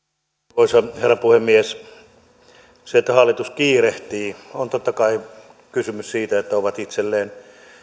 arvoisa herra puhemies siinä että hallitus kiirehtii on totta kai kysymys siitä että ovat itselleen